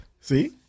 See